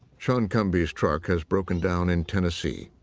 shawn cumbee's truck has broken down in tennessee.